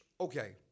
Okay